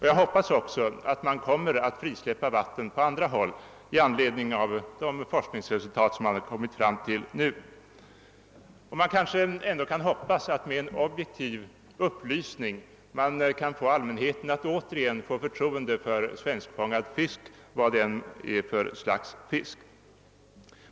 Jag hoppas också att man kommer att frisläppa vatten på andra håll i anledning av de forskningsresultat som man har kommit fram till nu. Man kanske ändå kan hoppas, at: man genom en objektiv upplysning kar få allmänheten att återigen få förtroende för svenskfångad fisk, vad det än är för slags fisk.